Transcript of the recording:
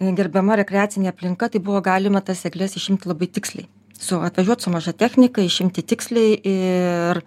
gerbiama rekreacinė aplinka tai buvo galima tas egles išimt labai tiksliai su atvažiuot su maža technika išimti tiksliai ir